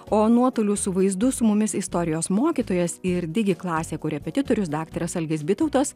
o nuotoliu su vaizdu su mumis istorijos mokytojas ir digiklasė korepetitorius daktaras algis bitautas